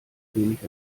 wenig